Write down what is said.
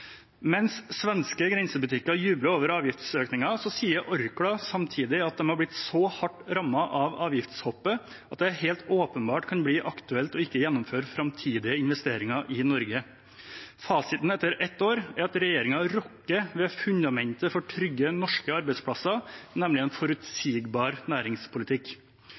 Mens svenske grensebutikker jubler over avgiftsøkningen, sier Orkla samtidig at de har blitt så hardt rammet av avgiftshoppet at det helt åpenbart kan bli aktuelt ikke å gjennomføre framtidige investeringer i Norge. Fasiten etter ett år er at regjeringen rokker ved fundamentet for trygge norske arbeidsplasser, nemlig en forutsigbar næringspolitikk.